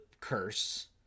curse